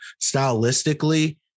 stylistically